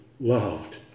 loved